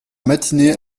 matinée